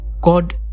God